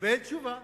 וקיבל תשובה